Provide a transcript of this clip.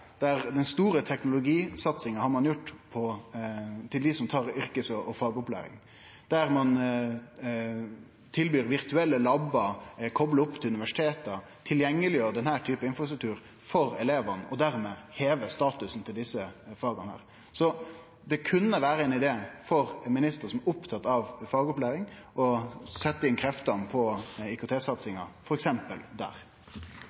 Den store teknologisatsinga har ein gjort for dei som tar yrkes- og fagopplæring, der ein tilbyr virtuelle lab-ar kopla opp til universiteta. Ein gjer tilgjengeleg denne typen infrastruktur for elevane og hevar dermed statusen til desse faga. Det kunne vere ein idé for ein minister som er opptatt av fagopplæring, f.eks. å setje inn kreftene på IKT-satsinga der.